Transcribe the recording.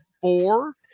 four